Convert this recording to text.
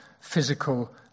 physical